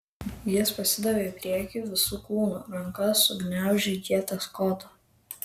jis pasidavė į priekį visu kūnu ranka sugniaužė ieties kotą